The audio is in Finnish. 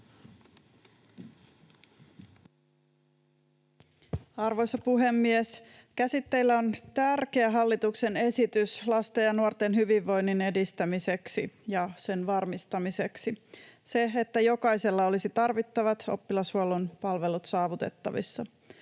Arvoisa puhemies! Käsitteillä on tärkeä hallituksen esitys lasten ja nuorten hyvinvoinnin edistämiseksi ja sen varmistamiseksi, että jokaisella olisi tarvittavat oppilashuollon palvelut saavutettavissa.